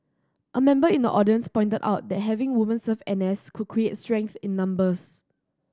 a member in the audience pointed out that having women serve N S could create strength in numbers